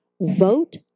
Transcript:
vote